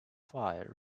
fire